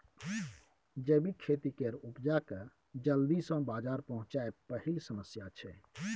जैबिक खेती केर उपजा केँ जल्दी सँ बजार पहुँचाएब पहिल समस्या छै